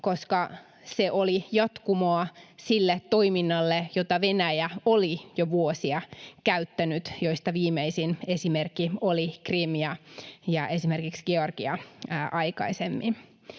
koska se oli jatkumoa sille toiminnalle, jota Venäjä oli jo vuosia käyttänyt, joista viimeisin esimerkki oli Krim ja esimerkiksi Georgia aikaisemmin.